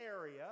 area